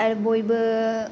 आरो बयबो